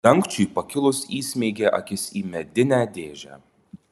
dangčiui pakilus įsmeigė akis į medinę dėžę